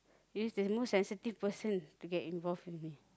use the most sensitive person to get involved with me